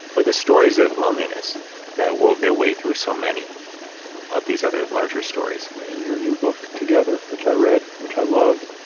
were the stories of loneliness that wove their way through so many of these other larger stories. in your new book, together, which i read, which i loved,